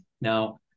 Now